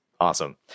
Awesome